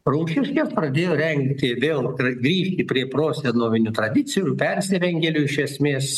rumšiškės pradėjo rengti vėl tra grįžti prie prosenovinių tradicijų ir persirengėlių iš esmės